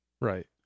right